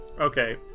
Okay